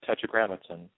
Tetragrammaton